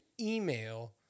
email